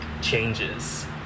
changes